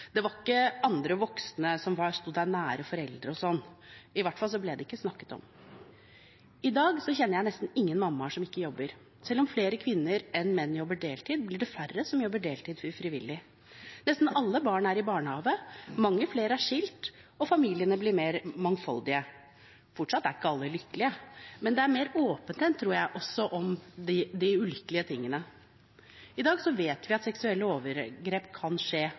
Det var ikke foreldre eller andre voksne som stod en nær, som gjorde sånt – i hvert fall ble det ikke snakket om. I dag kjenner jeg nesten ingen mammaer som ikke jobber, og selv om flere kvinner enn menn jobber deltid, blir det færre som jobber deltid frivillig. Nesten alle barn er i barnehage, mange flere er skilt, og familiene blir mer mangfoldige. Fortsatt er ikke alle lykkelige, men det er mer åpenhet, tror jeg, også om ulykkelighet. I dag vet vi at seksuelle overgrep kan skje,